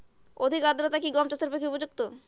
অধিক আর্দ্রতা কি গম চাষের পক্ষে উপযুক্ত?